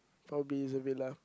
probably it's a villa